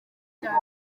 cyane